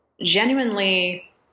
genuinely